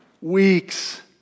weeks